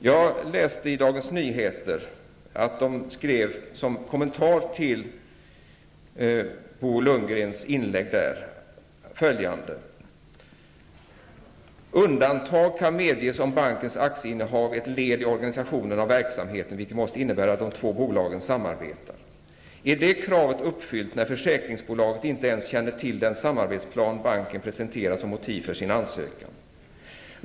Jag läste i Dagens Nyheter en kommentar till Bo Lundgrens inlägg i tidningen. Man skrev då följande: Undantag kan medges om bankens aktieinnehav är ett led i organisationen av verksamheten, vilket måste innebära att de två bolagen samarbetar. Är det kravet uppfyllt när försäkringsbolaget inte ens känner till den samarbetsplan banken presenterar som motiv för sin ansökan?